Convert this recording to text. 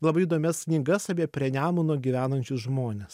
labai įdomias knygas apie prie nemuno gyvenančius žmones